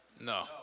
No